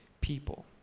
people